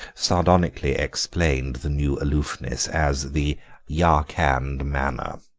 sardonically explained the new aloofness as the yarkand manner